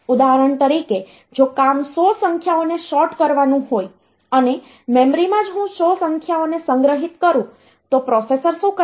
ઉદાહરણ તરીકે જો કામ 100 સંખ્યાઓને સૉર્ટ કરવાનું હોય અને મેમરીમાં જ હું 100 સંખ્યાઓને સંગ્રહિત કરું તો પ્રોસેસર શું કરશે